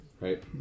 Right